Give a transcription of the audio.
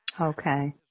Okay